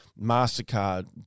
MasterCard